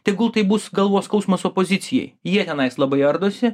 tegul tai bus galvos skausmas opozicijai jie tenais labai ardosi